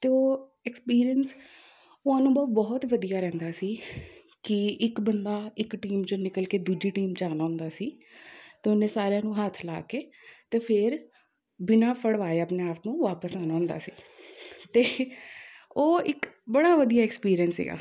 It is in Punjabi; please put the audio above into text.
ਅਤੇ ਉਹ ਐਕਸਪੀਰੀਅੰਸ ਉਹ ਅਨੁਭਵ ਬਹੁਤ ਵਧੀਆ ਰਹਿੰਦਾ ਸੀ ਕਿ ਇੱਕ ਬੰਦਾ ਇੱਕ ਟੀਮ 'ਚੋਂ ਨਿਕਲ ਕੇ ਦੂਜੀ ਟੀਮ ਜਾਣਾ ਹੁੰਦਾ ਸੀ ਅਤੇ ਉਹਨੇ ਸਾਰਿਆਂ ਨੂੰ ਹੱਥ ਲਾ ਕੇ ਅਤੇ ਫਿਰ ਬਿਨਾਂ ਫੜਵਾਏ ਆਪਣੇ ਆਪ ਨੂੰ ਵਾਪਸ ਆਉਣਾ ਹੁੰਦਾ ਸੀ ਅਤੇ ਉਹ ਇੱਕ ਬੜਾ ਵਧੀਆ ਐਕਸਪੀਰੀਅੰਸ ਸੀਗਾ